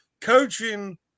coaching